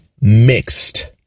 mixed